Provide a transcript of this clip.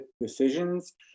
decisions